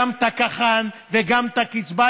גם הקח"ן וגם הקצבה,